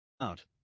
out